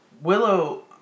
willow